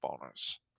bonus